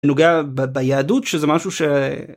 נוגע ביהדות שזה משהו ש...